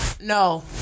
no